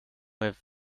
have